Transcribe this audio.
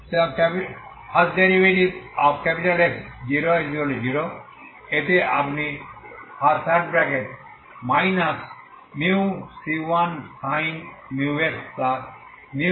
X00 এতে আপনি μc1sin μx μc2cos μx